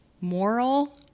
moral